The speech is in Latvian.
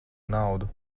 naudu